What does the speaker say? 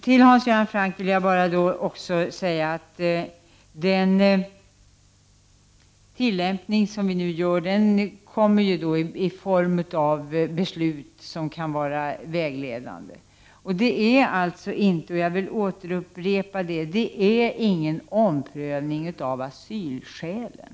Sedan skulle jag bara till Hans Göran Franck vilja säga att vår tillämpning i detta sammanhang i hög grad har att göra med beslut som kan vara vägledande. Det är alltså inte fråga om — detta vill jag återupprepa — någon omprövning av asylskälen.